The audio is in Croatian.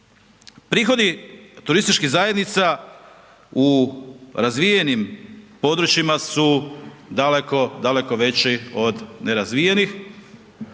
Prihodi turističkih zajednica u razvijenim područjima su daleko, daleko veći od nerazvijenih